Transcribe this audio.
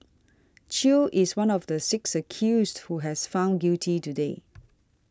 Chew is one of the six accused who has found guilty today